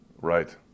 Right